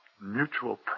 mutual